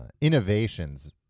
innovations